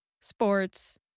Sports